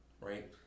right